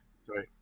Sorry